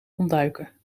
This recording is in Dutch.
ontduiken